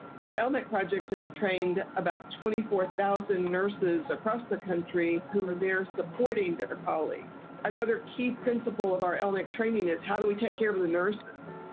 our elnec project has trained about twenty four thousand nurses across the country who are now supporting their colleagues. another key principle of our elnec training is, how do we take care of of the nurses?